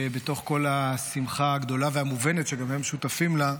שבתוך כל השמחה הגדולה והמובנת, שגם הם שותפים לה,